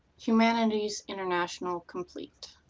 humanities international complete.